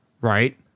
right